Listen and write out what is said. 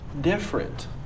different